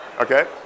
Okay